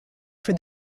for